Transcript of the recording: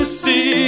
see